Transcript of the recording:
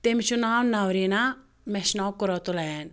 تٔمِس چھُ ناو نورینا مےٚ چھُ ناو قعرتالعین